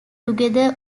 together